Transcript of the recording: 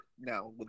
now